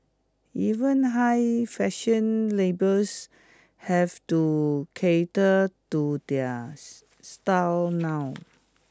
even high fashion labels have to cater to their style now